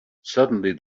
suddenly